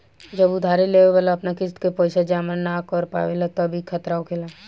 जब उधारी लेवे वाला अपन किस्त के पैसा जमा न कर पावेला तब ई खतरा होखेला